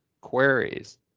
queries